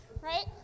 right